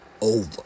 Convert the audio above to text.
over